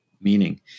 meaning